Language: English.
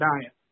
diet